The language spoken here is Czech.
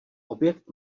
objekt